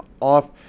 off